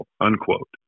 unquote